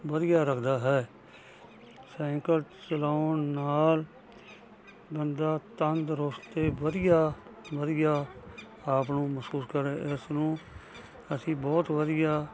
ਵਧੀਆ ਰੱਖਦਾ ਹੈ ਸੈਂਕਲ ਚਲਾਉਣ ਨਾਲ ਬੰਦਾ ਤੰਦਰੁਸਤ ਅਤੇ ਵਧੀਆ ਵਧੀਆ ਆਪ ਨੂੰ ਮਹਿਸੂਸ ਕਰ ਇਸ ਨੂੰ ਅਸੀਂ ਬਹੁਤ ਵਧੀਆ